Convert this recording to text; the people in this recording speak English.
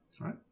right